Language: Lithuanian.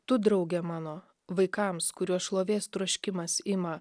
tu drauge mano vaikams kuriuos šlovės troškimas ima